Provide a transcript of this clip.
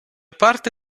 parte